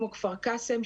כמו כפר קאסם,